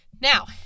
Now